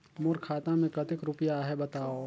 मोर खाता मे कतेक रुपिया आहे बताव?